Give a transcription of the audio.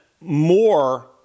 more